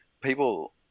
people